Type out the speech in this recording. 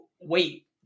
wait